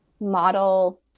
model